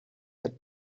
had